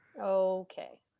Okay